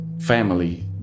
family